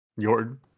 Jordan